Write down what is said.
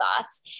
thoughts